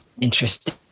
Interesting